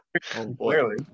Clearly